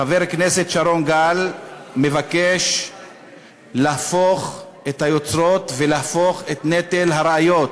חבר הכנסת שרון גל מבקש להפוך את היוצרות ולהפוך את נטל הראיות.